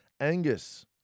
Angus